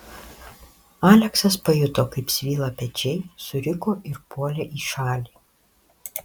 aleksas pajuto kaip svyla pečiai suriko ir puolė į šalį